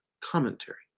Commentary